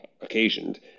occasioned